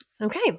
Okay